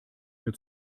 mir